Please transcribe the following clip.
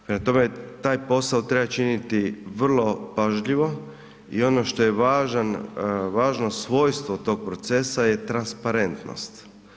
Prema tome taj posao treba činiti vrlo pažljivo i ono što je važno svojstvo tog procesa je transparentnost.